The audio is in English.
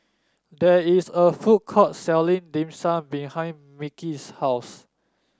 there is a food court selling Dim Sum behind Micky's house